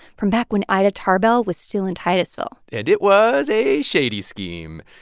from back when ida tarbell was still in titusville and it was a shady scheme.